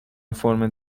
فرم